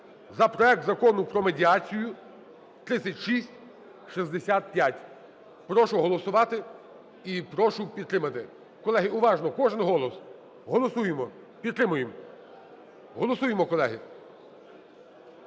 за проект Закону про медіацію (3665). Прошу голосувати і прошу підтримати. Колеги, уважно кожен голос голосуємо, підтримуємо, голосуємо, колеги,